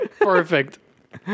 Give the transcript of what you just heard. Perfect